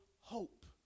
hope